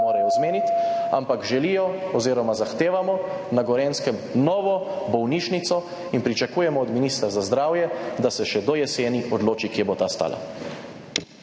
zmeniti, ampak želijo oziroma zahtevamo na Gorenjskem novo bolnišnico in pričakujemo od ministra za zdravje, da se še do jeseni odloči, kje bo ta stala.